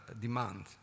demand